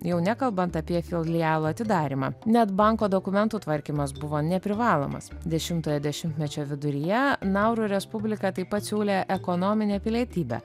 jau nekalbant apie filialo atidarymą net banko dokumentų tvarkymas buvo neprivalomas dešimtojo dešimtmečio viduryje nauru respublika taip pat siūlė ekonominę pilietybę